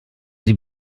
sie